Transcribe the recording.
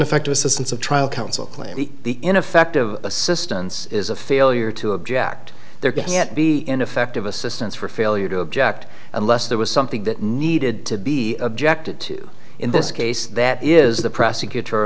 effective assistance of trial counsel claim the ineffective assistance is a failure to object there can't be ineffective assistance for failure to object unless there was something that needed to be objected to in this case that is the prosecutor